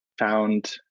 Found